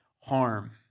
harm